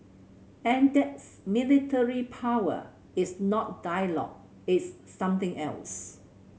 and that's military power it's not dialogue it's something else